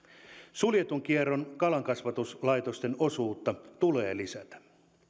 suljetun kierron kalankasvatuslaitosten osuutta tulee lisätä